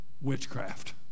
witchcraft